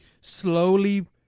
slowly